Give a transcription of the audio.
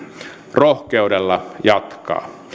rohkeudella jatkaa